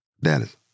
Dallas